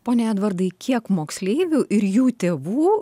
pone edvardai kiek moksleivių ir jų tėvų